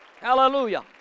Hallelujah